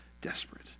desperate